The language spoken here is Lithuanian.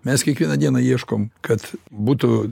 mes kiekvieną dieną ieškom kad būtų